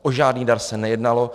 O žádný dar se nejednalo.